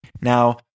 Now